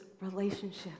relationship